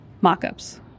mock-ups